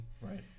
Right